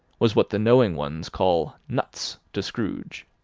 was what the knowing ones call nuts to scrooge.